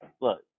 look